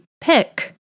pick